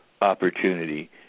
opportunity